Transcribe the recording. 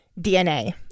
DNA